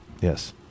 Yes